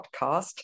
podcast